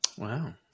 Wow